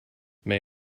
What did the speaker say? may